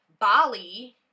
Bali